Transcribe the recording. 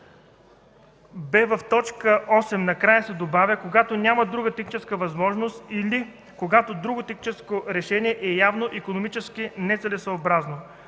т. 8 накрая се добавя „когато няма друга техническа възможност или когато друго техническо решение е явно икономически нецелесъобразно”.